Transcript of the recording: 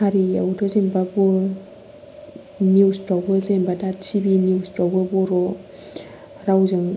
हारियावथ' जेनेबा बर' निउजावबो जेनेबा दा टिभि निउज फ्रावबो बर' रावजों